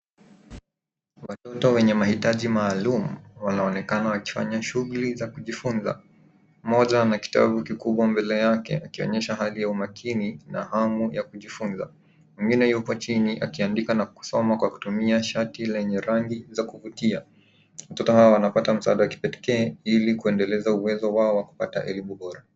Watoto wenye mahitaji maalumu wanaonekana wakifanya shughuli za kujifunza. Mmoja ana kitabu kikubwa mbele yake akionyesha hali ya umakini na hamu ya kujifunza. Mwingine yupo chini akiandika na kusoma kwa kutumia shati lenye rangi za kuvutia. Watoto hawa wanapata msaada wa kipekee ili kuendeleza uwezo wao wa kupata elimu bora.